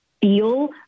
feel